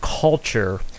culture